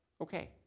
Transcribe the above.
okay